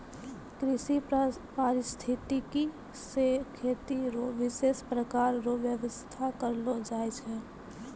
कृषि परिस्थितिकी से खेती रो विशेष प्रकार रो व्यबस्था करलो जाय छै